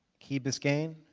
key biscayne